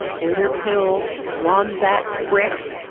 glitter pills, wombat bricks,